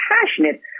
passionate